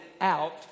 out